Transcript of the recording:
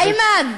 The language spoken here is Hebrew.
איימן.